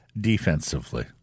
defensively